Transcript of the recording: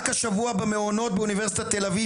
רק השבוע במעונות באוניברסיטת תל אביב